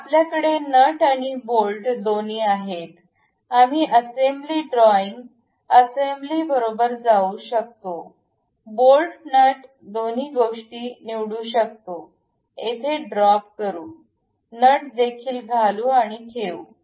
तर आपल्याकडे नट आणि बोल्ट दोन्ही आहेत आम्ही असेंब्ली ड्रॉईंग असेंब्ली बरोबर जाऊ शकतो बोल्ट नट दोन्ही गोष्टी निवडू शकतो येथे ड्रॉप करू नट देखील घालू आणि ठेवू